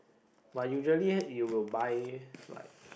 but usually you will buy like